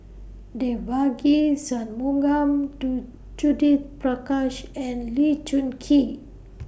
Devagi Sanmugam Do Judith Prakash and Lee Choon Kee